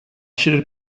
should